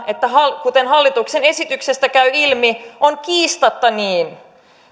että kuten esityksestä käy ilmi on kiistatta niin